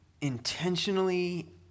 intentionally